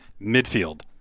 midfield